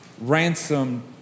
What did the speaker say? ransomed